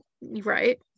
right